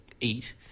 eat